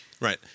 Right